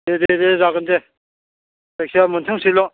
दे दे दे जागोन दे जायखिजाया मोन्थोंसैल'